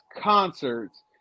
concerts